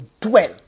dwell